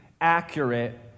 accurate